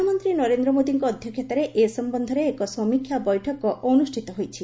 ପ୍ରଧାନମନ୍ତୀ ନରେନ୍ର ମୋଦୀଙ୍କ ଅଧ୍ଧକ୍ଷତାରେ ଏ ସମ୍ୟନ୍ଧରେ ଏକ ସମୀକ୍ଷା ବୈଠକ ଅନୁଷିତ ହୋଇଛି